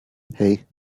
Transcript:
hey